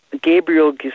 Gabriel